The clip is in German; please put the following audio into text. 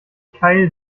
keil